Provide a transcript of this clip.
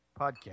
podcast